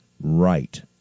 right